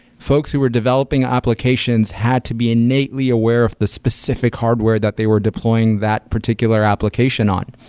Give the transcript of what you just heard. folks who are developing applications had to be innately aware of the specific hardware that they were deploying that particular application on,